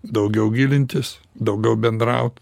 daugiau gilintis daugiau bendraut